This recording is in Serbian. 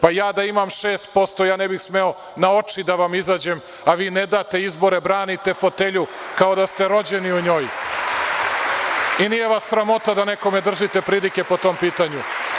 Ja da imam 6%, ja ne bih smeo na oči da vam izađem, a vi ne date izbore, branite fotelju kao da ste rođeni u njoj i nije vas sramota da nekom držite pridike po tom pitanju.